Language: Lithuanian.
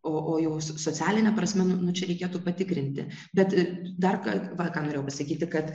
o o jau socialine prasme nu čia reikėtų patikrinti bet dar kad va ką norėjau pasakyti kad